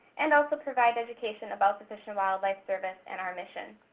and also provide education about the fish and wildlife service, and our mission.